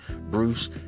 Bruce